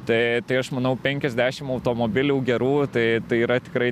tai tai aš manau penkiasdešim automobilių gerų tai tai yra tikrai